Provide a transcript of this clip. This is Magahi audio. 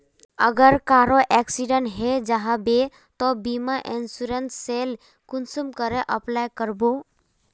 अगर कहारो एक्सीडेंट है जाहा बे तो बीमा इंश्योरेंस सेल कुंसम करे अप्लाई कर बो?